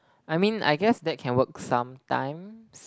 I mean I guess that can work sometimes